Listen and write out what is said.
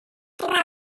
began